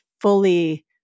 fully